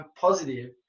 positive